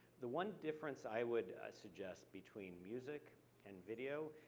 the one difference i would suggest between music and video,